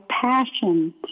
passion